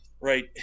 right